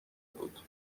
بود